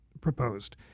proposed